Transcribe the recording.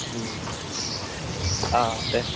अ दे